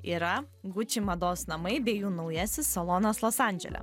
yra gucci mados namai bei jų naujasis salonas los andžele